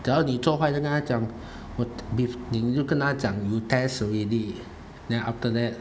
假如你做坏人就跟他讲我你你就跟他讲你 test already then after that